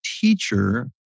teacher